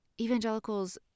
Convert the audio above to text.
Evangelicals